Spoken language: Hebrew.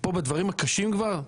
פה בדברים הקשים כבר,